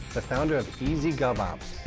the founder of ezgovopps,